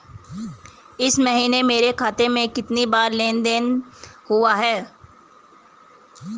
इस महीने मेरे खाते में कितनी बार लेन लेन देन हुआ है?